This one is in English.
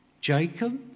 Jacob